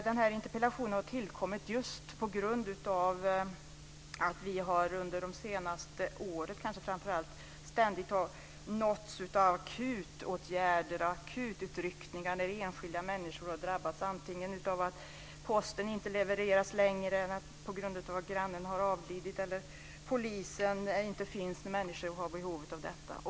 Den här interpellationen har tillkommit just på grund av att vi ständigt, men kanske framför allt under det senaste året, har fått höra om akutåtgärder och akututryckningar när enskilda människor har drabbats, antingen av att posten inte levereras längre på grund av att grannen har avlidit eller av att polisen inte finns när människor har behov av den.